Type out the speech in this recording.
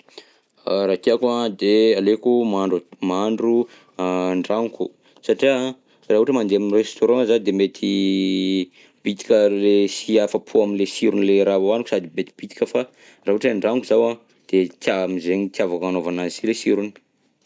Raha tiako an de aleoko mahandro an mahandro an-tragnoko, satria raha ohatra mandeha amin'ny restaurant zaho de mety bitika le sy afa-po amle sironle raha ohaniko sady bitibitika fa raha ohatra hoe an-dragnoko zaho an, de itia-amzegny ny itiavako anaovana azy si le sirony.